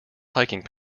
hiking